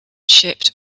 shipped